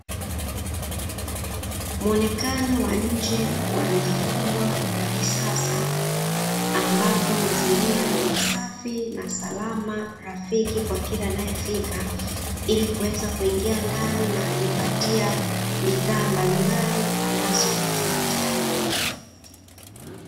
Mwonekano wa njee wa duka kubwa la kisasa, ambapo mazingira ni safi na salama na nirafiki kwakila anaefika ili kuweza kuingia ndani na kujipatia bidhaa mbalimbali anazo zihitaji.